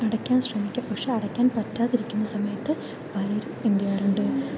അടക്കാൻ ശ്രമിക്കും പക്ഷെ അടക്കാൻ പറ്റാതിരിക്കുന്ന സമയത്ത് പലരും എന്ത് ചെയ്യാറുണ്ട്